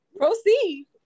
Proceed